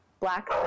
Black